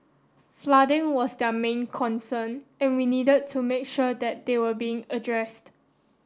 flooding was their main concern and we needed to make sure that still were being addressed